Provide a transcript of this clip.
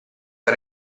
era